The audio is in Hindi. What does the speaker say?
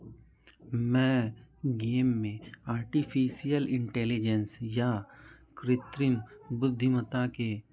मैं गेम में आर्टिफीसियल इंटेलिजेंस या कृत्रिम बुद्धिमता के